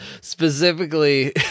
specifically